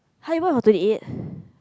!huh! you bought for twenty eight